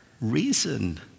reason